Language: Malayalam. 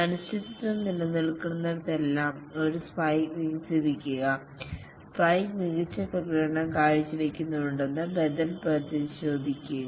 അനിശ്ചിതത്വം നിലനിൽക്കുന്നിടത്തെല്ലാം ഒരു സ്പൈക്ക് വികസിപ്പിക്കുക സ്പൈക്ക് മികച്ച പ്രകടനം കാഴ്ചവയ്ക്കുന്നുണ്ടോയെന്നും ബദൽ പരിശോധിക്കുക